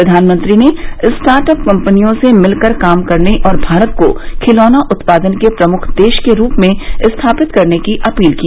प्रधानमंत्री ने स्टार्टअप कंपनियों से मिलकर काम करने और भारत को खिलौना उत्पादन के प्रमुख देश के रूप में स्थापित करने की अपील की